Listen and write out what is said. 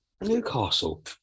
Newcastle